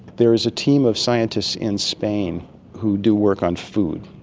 there is a team of scientists in spain who do work on food.